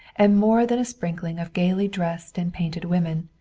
and more than a sprinkling of gaily dressed and painted women,